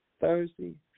Thursday